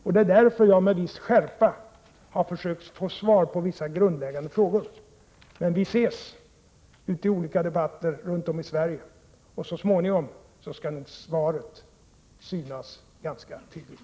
Därför har jag med en viss skärpa försökt att få svar på vissa grundläggande frågor. Men vi ses vid olika debatter runt om i Sverige, och så småningom skall nog svaret framstå ganska tydligt.